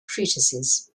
treatises